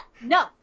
No